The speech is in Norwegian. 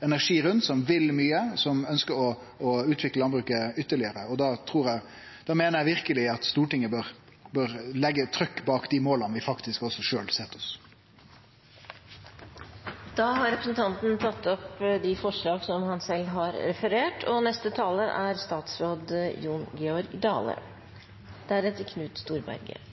energi rundt, som vil mykje, og som ønskjer å utvikle landbruket ytterlegare. Da meiner eg verkeleg at Stortinget bør leggje trykk bak dei måla vi faktisk sjølv set oss. Representanten Torgeir Knag Fylkesnes har tatt opp de forslagene han refererte til. La meg starte litt der representanten Knag Fylkesnes slutta. Når representanten Knag Fylkesnes seier at vi treng mat som er